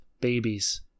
babies